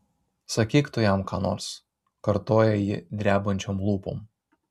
sakyk tu jam ką nors kartoja ji drebančiom lūpom